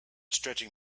stretching